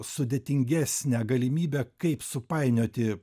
sudėtingesnę galimybę kaip supainioti